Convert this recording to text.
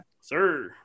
Sir